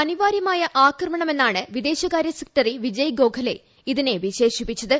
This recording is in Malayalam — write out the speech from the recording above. അനിവാര്യമായ ആക്രമണമെന്നാണ് വിദേശസെക്രട്ടറി വിജയ് ഗോഖലെ ഇതിനെ വിശേഷിപ്പിച്ചത്